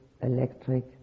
electric